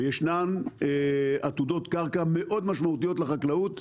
וישנן עתודות קרקע משמעותיות מאוד לחקלאות.